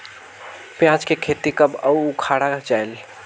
पियाज के खेती कब अउ उखाड़ा जायेल?